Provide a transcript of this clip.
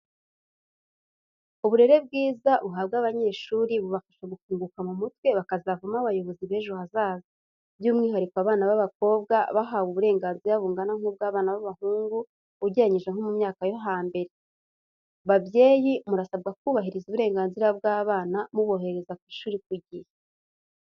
Uburere bwiza buhabwa abanyeshuri bubafasha gufunguka mu mutwe bakazavamo abayobozi bejo hazaza, by'umwihariko abana b'abakobwa bahawe uburenganzira bungana nk'ubw'abana b'abahungu ugereranyije nko mu myaka yo hambere. Babyeyi murasabwa kubahiriza uburenganzira bw'abana mubohereza ku ishuri ku gihe.